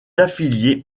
affiliée